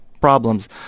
problems